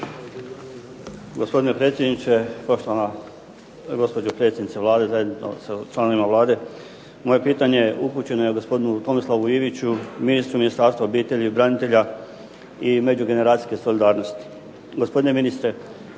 Gospodine predsjedniče, poštovana gospođo predsjednica Vlade zajedno sa članovima Vlade. Moje pitanje upućeno je gospodinu Tomislavu Iviću ministru Ministarstva obitelji, branitelja i međugeneracijske solidarnosti.